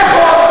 כן נכון.